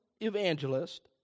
evangelist